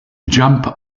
jump